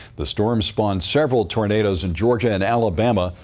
the storm spawned several tornados in georgia and alabama.